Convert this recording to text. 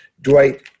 Dwight